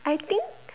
I think